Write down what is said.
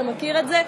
אתה מכיר את זה.